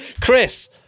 chris